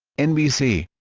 nbc